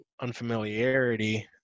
unfamiliarity